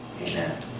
Amen